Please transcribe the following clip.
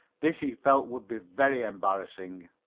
this he felt would be very embarrassing.